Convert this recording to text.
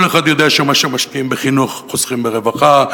כל אחד יודע שמה שמשקיעים בחינוך חוסכים ברווחה,